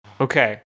Okay